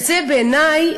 אמרתי לו: